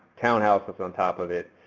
townhouses on top of it.